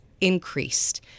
increased